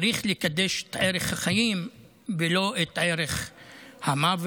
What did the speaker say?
צריך לקדש את ערך החיים ולא את ערך המוות,